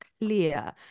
clear